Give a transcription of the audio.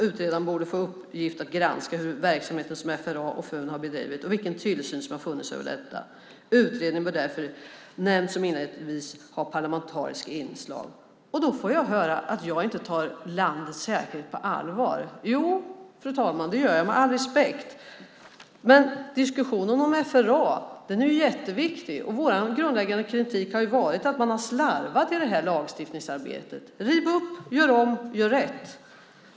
Utredningen borde få i uppgift att granska den verksamhet som FRA och FUN har bedrivit och vilken tillsyn som har funnits över denna. Utredningen bör därför, som nämnts inledningsvis, ha parlamentariska inslag. Nu får jag höra att jag inte tar landets säkerhet på allvar. Jo, fru talman, det gör jag. Diskussionen om FRA är jätteviktig. Vår grundläggande kritik har varit att man har slarvat i lagstiftningsarbetet. Riv upp, gör om, gör rätt!